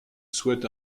souhaite